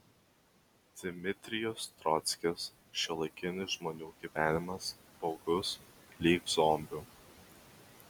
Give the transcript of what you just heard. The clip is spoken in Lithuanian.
dmitrijus trockis šiuolaikinis žmonių gyvenimas baugus lyg zombių